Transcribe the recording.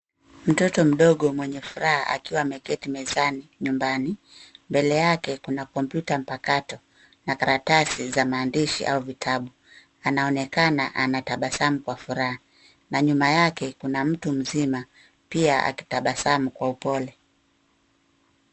Mtoto mdogo mwenye furaha, akiwa ameketi mezani ,nyumbani. Mbele yake kuna kompyuta mpakato na karatasi za maandishi au vitabu. Anaonekana anatabasamu kwa furaha na nyuma yake, kuna mtu mzima pia akitabasamu kwa upole.